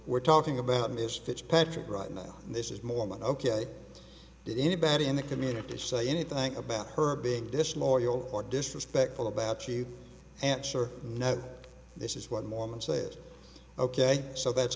we're talking about misfits patrick right now and this is mormon ok did anybody in the community say anything about her being disloyal or disrespectful about you answer no this is what mormons say ok so that's